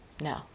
no